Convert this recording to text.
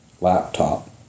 laptop